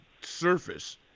surface